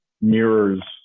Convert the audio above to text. mirrors